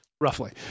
roughly